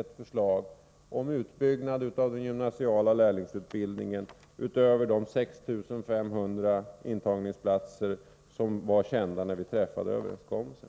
ett förslag om utbyggnad av den gymnasiala lärlingsutbildningen utöver de 6 500 intagningsplatser som var kända när vi träffade överenskommelsen.